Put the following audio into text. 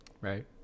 Right